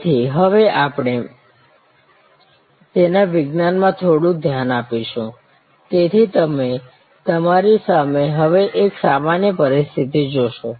તેથી હવે આપણે તેના વિજ્ઞાનમાં થોડું ધ્યાન આપીશું તેથી તમે તમારી સામે હવે એક સામાન્ય પરિસ્થિતિ જોશો